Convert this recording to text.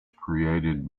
created